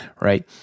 right